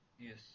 Yes